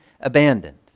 abandoned